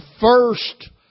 first